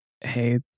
hey